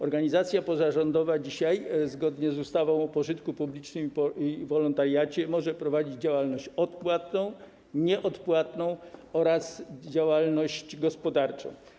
Organizacja pozarządowa dzisiaj, zgodnie z ustawą o działalności pożytku publicznego i o wolontariacie, może prowadzić działalność odpłatną, nieodpłatną oraz działalność gospodarczą.